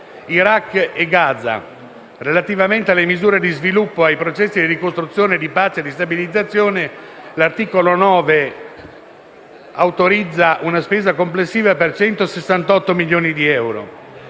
Iraq e a Gaza. Relativamente alle misure di sostegno ai processi di ricostruzione, di pace e di stabilizzazione, l'articolo 9 autorizza una spesa complessiva per circa 168 milioni di euro.